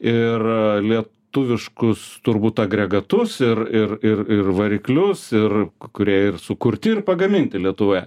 ir lietuviškus turbūt agregatus ir ir ir ir variklius ir kurie ir sukurti ir pagaminti lietuvoje